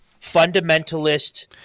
fundamentalist